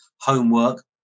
homework